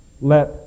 Let